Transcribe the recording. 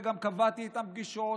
וגם קבעתי איתם פגישות.